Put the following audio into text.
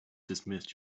dismissed